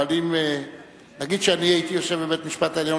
אבל נגיד שאני הייתי יושב בבית-המשפט העליון,